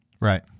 Right